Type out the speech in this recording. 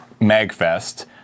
Magfest